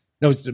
no